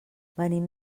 venim